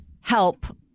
help